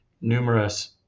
numerous